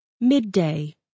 midday